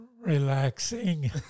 relaxing